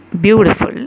beautiful